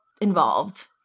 Involved